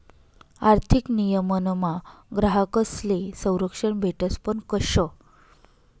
आर्थिक नियमनमा ग्राहकस्ले संरक्षण भेटस पण कशं